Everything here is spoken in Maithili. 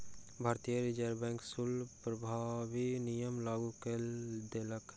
भारतीय रिज़र्व बैंक शुल्क प्रभावी नियम लागू कय देलक